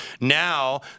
now